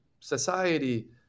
society